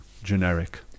Generic